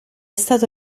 stato